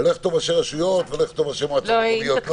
אני לא אכתוב "ראשי רשויות" ולא אכתוב "ראשי מועצות מקומיות".